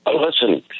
Listen